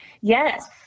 Yes